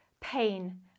pain